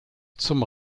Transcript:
zum